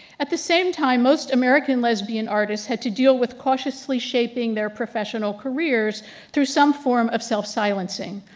at the same time, most american lesbian artists had to deal with cautiously shaping their professional careers through some form of self silencing.